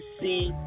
see